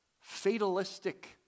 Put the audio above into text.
fatalistic